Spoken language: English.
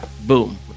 Boom